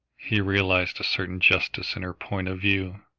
he realised a certain justice in her point of view,